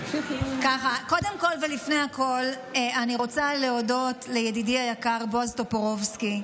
קודם כול ולפני הכול אני רוצה להודות לידידי היקר בועז טופורובסקי,